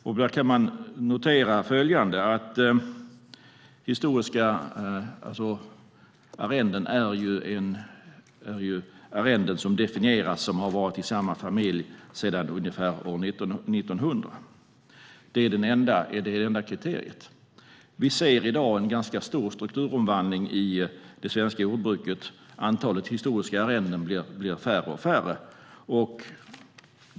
Man kan notera att historiska arrenden är arrenden som har varit i samma familj sedan ungefär år 1900. Det är det enda kriteriet. Vi ser i dag en ganska stor strukturomvandling i det svenska jordbruket. De historiska arrendena blir färre och färre.